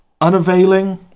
Unavailing